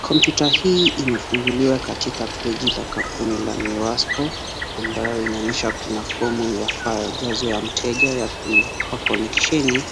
Kompyuta hii imefunguliwa katika peji la kampuni la Miwasko, ambayo inaonyesha kuna fomu ya fael ya jazi la mteja ya kupakoneksheni